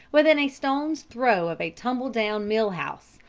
within a stone's throw of a tumbledown mill-house,